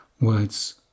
words